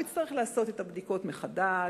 הוא יצטרך לעשות את הבדיקות מחדש,